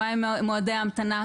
מהם מועדי ההמתנה,